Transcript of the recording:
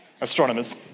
Astronomers